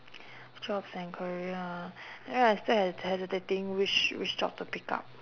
jobs and career you know I still h~ hesitating which which job to pick up